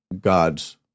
God's